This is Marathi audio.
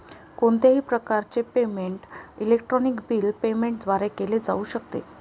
कोणत्याही प्रकारचे पेमेंट इलेक्ट्रॉनिक बिल पेमेंट द्वारे केले जाऊ शकते